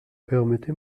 permettez